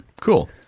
Cool